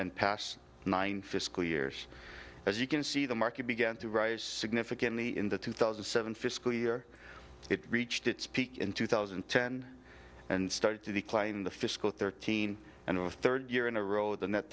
and pass nine fiscal years as you can see the market began to rise significantly in the two thousand and seven fiscal year it reached its peak in two thousand and ten and started to decline in the fiscal thirteen and with third year in a row the net